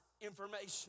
information